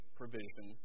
provision